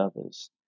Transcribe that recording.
others